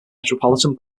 metropolitan